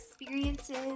experiences